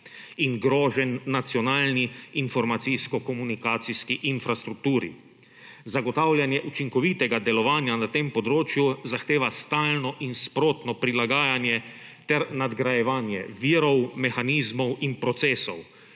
in groženj nacionalni informacijsko-komunikacijski infrastrukturi. Zagotavljanje učinkovitega delovanja tem področju zahteva stalno in sprotno prilaganje ter nadgrajevanje virov, mehanizmov in procesov